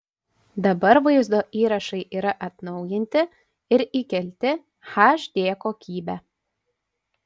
dabar vaizdo įrašai yra atnaujinti ir įkelti hd kokybe